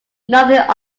nothing